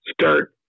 start